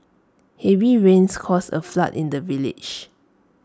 heavy rains caused A flood in the village